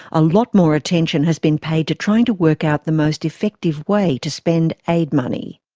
a lot more attention has been paid to trying to work out the most effective way to spend aid money.